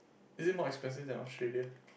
is it more expensive than Australia